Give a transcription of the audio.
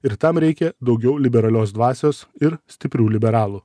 ir tam reikia daugiau liberalios dvasios ir stiprių liberalų